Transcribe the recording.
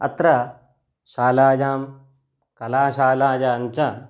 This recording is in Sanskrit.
अत्र शालायां कलाशालायाञ्च